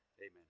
Amen